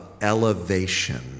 elevation